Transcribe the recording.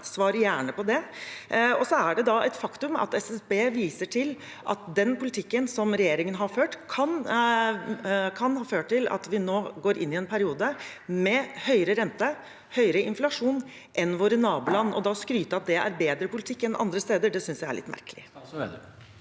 svare på det. Det er et faktum at SSB viser til at den politikken som regjeringen har ført, kan ha ført til at vi nå går inn i en periode med høyere rente og inflasjon enn våre naboland. Det å da skryte av at det er bedre politikk enn man har andre steder, synes jeg er litt merkelig.